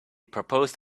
proposed